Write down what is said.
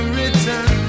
return